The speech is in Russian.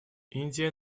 индия